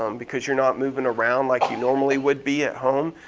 um because you're not moving around like you normally would be at home.